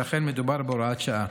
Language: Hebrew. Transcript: ולכן מדובר בהוראת שעה.